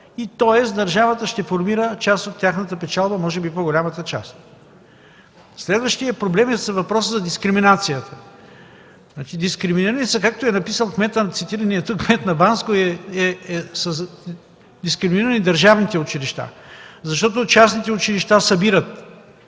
тоест държавата ще формира част от тяхната печалба, може би по-голямата част. Следващият проблем е въпросът за дискриминацията. Дискриминирани са, както е написал кметът на Банско, държавните училища, защото частните училища събират